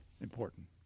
important